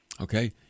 Okay